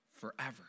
forever